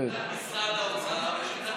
יש עמדת משרד האוצר ויש עמדת הממשלה ושר האוצר.